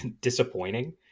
disappointing